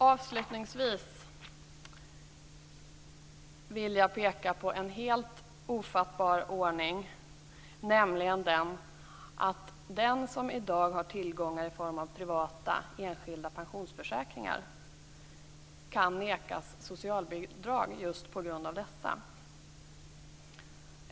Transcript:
Avslutningsvis vill jag peka på en helt ofattbar ordning, nämligen den att den som i dag har tillgångar i form av privata enskilda pensionsförsäkringar kan nekas socialbidrag just på grund av dessa.